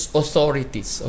authorities